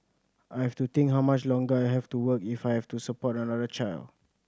I have to think how much longer I have to work if I have to support another child